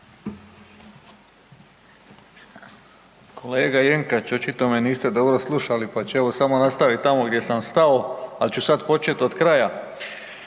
Kolega Jenkač, očito me niste dobro slušali pa ću evo samo nastavit tamo gdje sam stao ali ću sad počet od kraja.